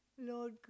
Lord